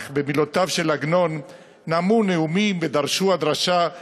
אך במילותיו של עגנון: "נאמו נאומים ודרשו הדרשה,